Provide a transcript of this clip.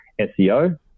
SEO